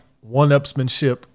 one-upsmanship